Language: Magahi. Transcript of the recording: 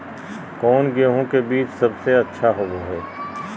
कौन गेंहू के बीज सबेसे अच्छा होबो हाय?